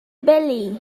belly